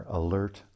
alert